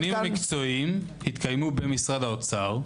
הדיונים המקצועיים היו במשרד האוצר.